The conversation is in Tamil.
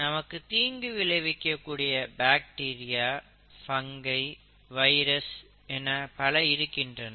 நமக்கு தீங்கு விளைவிக்க கூடிய பேக்டீரியா பங்கை வைரஸ் என பல இருக்கின்றன